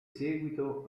seguito